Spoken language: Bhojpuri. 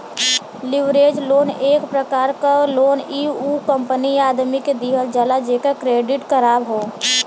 लीवरेज लोन एक प्रकार क लोन इ उ कंपनी या आदमी के दिहल जाला जेकर क्रेडिट ख़राब हौ